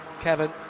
Kevin